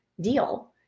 deal